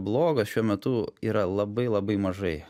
blogos šiuo metu yra labai labai mažai